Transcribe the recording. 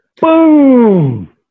Boom